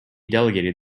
delegated